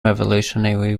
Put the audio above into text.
revolutionary